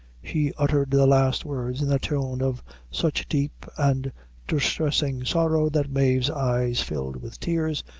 she uttered the last words in a tone of such deep and distressing sorrow, that mave's eyes filled with tears,